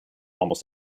almost